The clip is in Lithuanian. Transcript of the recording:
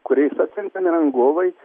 kuriais atrinktami rangovai